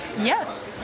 yes